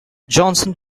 johnson